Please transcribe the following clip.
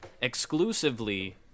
exclusively